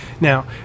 Now